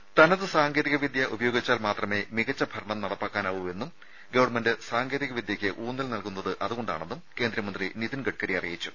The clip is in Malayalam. രുമ തനത് സാങ്കേതിക വിദ്യ ഉപയോഗിച്ചാൽ മാത്രമേ മികച്ച ഭരണം നടപ്പാക്കാനാവൂ എന്നും ഗവൺമെന്റ് സാങ്കേതിക വിദ്യയ്ക്ക് ഊന്നൽ നൽകുന്നത് അതുകൊണ്ടാണെന്നും കേന്ദ്രമന്ത്രി നിതിൽ ഗഡ്കരി അറിയിച്ചു